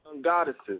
goddesses